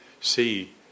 see